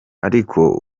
ariko